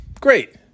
Great